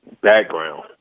background